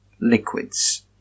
liquids